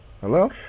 hello